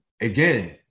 again